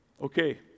Okay